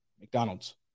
McDonald's